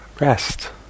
rest